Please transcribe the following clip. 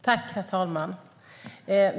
Herr talman!